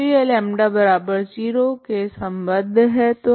तो यह λ0 के सम्बद्ध है